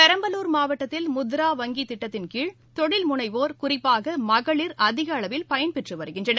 பெரம்பலூர் மாவட்டத்தில் முத்ரா வங்கி திட்டத்தின்கிழ் தொழில் முனைவோர் குறிப்பாக மகளிர் அதிக அளவில் பயன்பெற்று வருகின்றனர்